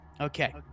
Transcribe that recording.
Okay